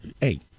Hey